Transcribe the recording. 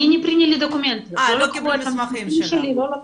קיבלו את המסמכים שלי.